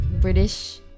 British